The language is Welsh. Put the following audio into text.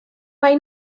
mae